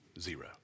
Zero